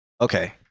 Okay